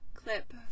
clip